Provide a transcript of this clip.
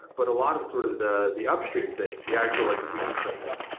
but a lot of sort of the the upstream things, the actual like retraining.